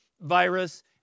virus